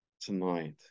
tonight